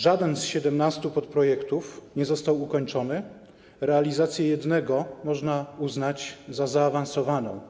Żaden z 17 podprojektów nie został ukończony, realizację jednego można uznać za zaawansowaną.